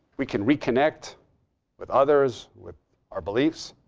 we can reconnect with others, with our beliefs.